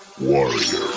Warrior